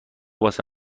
واسه